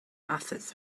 assets